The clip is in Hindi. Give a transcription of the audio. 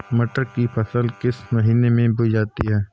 मटर की फसल किस महीने में बोई जाती है?